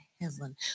heaven